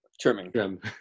trimming